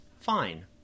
Fine